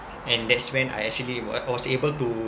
and that's when I actually we~ was able to